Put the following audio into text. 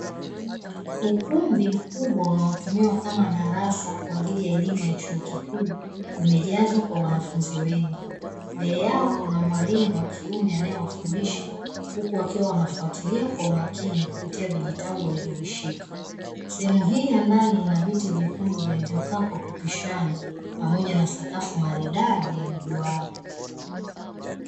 Ukumbi mkubwa unaotumiwa kama darasa kwa ajili ya elimu ya chuo kikuu, umejazwa kwa wanafunzi wengi, mbele yao kuna mwalimu wa kiume anayewafundisha, huku wakiwa wanafuatilia kwa umakini kupitia vijitabu walivyovifika sehemu hii ya ndani na viti vyekundu vilivyokaa kwa kupishana pamoja na sakafu maridadi ya mjua.